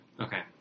Okay